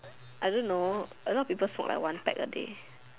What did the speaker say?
I don't know a lot people smoke like one pack a day